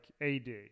AD